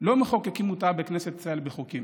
לא מחוקקים אותה בכנסת ישראל בחוקים.